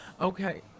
Okay